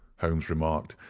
holmes remarked,